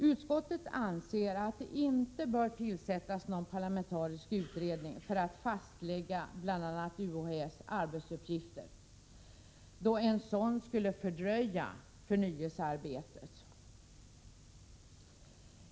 Utskottet anser att det inte bör tillsättas någon parlamentarisk utredning för att fastlägga bl.a. UHÄ:s arbetsuppgifter. En sådan utredning skulle fördröja förnyelsearbetet.